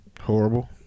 horrible